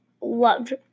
loved